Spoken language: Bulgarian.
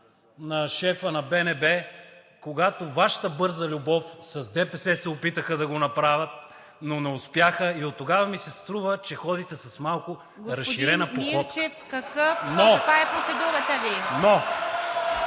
на шефа на БНБ, когато Вашата бърза любов с ДПС се опитаха да го направят, но не успяха и оттогава ми се струва, че ходите с малко разширена походка. (Смях,